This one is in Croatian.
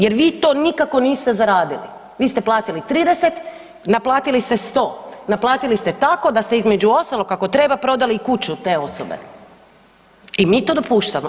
Jer vi to nikako niste zaradili, vi ste platili 30, naplatili ste 100, naplatili ste tako da ste između ostalog kako treba, prodali i kuću te osobe i mi to dopuštamo.